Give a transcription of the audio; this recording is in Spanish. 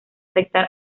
afectar